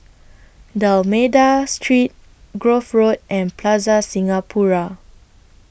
D'almeida Street Grove Road and Plaza Singapura